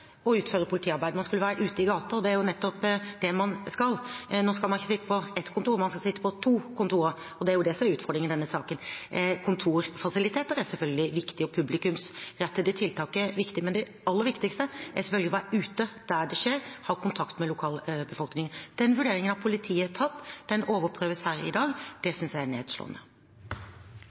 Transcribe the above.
utføre politiarbeid, man skulle være ute i gatene. Og det er jo nettopp det man skal. Nå skal man ikke sitte på ett kontor, man skal sitte på to kontorer, og det er det som er utfordringen i denne saken. Kontorfasiliteter er selvfølgelig viktig, og publikumsrettede tiltak er viktig, men det aller viktigste er selvfølgelig å være ute der det skjer, å ha kontakt med lokalbefolkningen. Den vurderingen har politiet tatt, og den overprøves her i dag. Det synes jeg er nedslående.